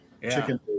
chicken